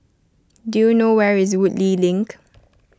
do you know where is Woodleigh Link